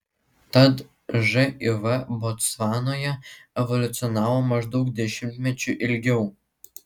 tad živ botsvanoje evoliucionavo maždaug dešimtmečiu ilgiau